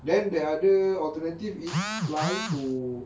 then the other alternative is fly to